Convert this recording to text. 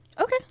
Okay